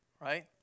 right